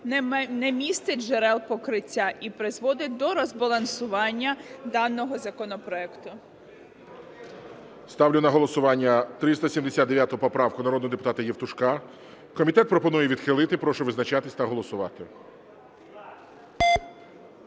не містить джерел покриття і призводить до розбалансування даного законопроекту. ГОЛОВУЮЧИЙ. Ставлю на голосування 379 поправку народного депутата Євтушка. Комітет пропонує відхилити. Прошу визначатись та голосувати.